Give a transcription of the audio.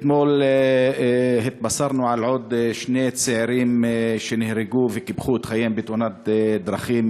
אתמול התבשרנו על עוד שני צעירים שנהרגו וקיפחו את חייהם בתאונת דרכים,